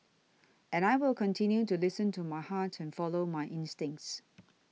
and I will continue to listen to my heart and follow my instincts